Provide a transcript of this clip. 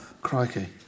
Crikey